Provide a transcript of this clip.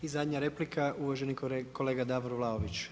I zadnja replika, uvaženi kolega Davor Vlaović.